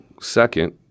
second